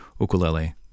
ukulele